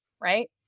right